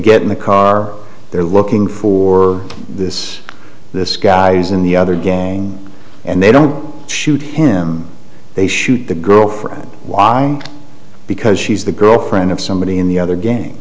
get in the car they're looking for this this guy is in the other gang and they don't shoot him they shoot the girlfriend why because she's the girlfriend of somebody in the other game